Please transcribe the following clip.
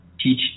teach